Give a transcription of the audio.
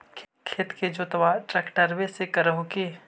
खेत के जोतबा ट्रकटर्बे से कर हू की?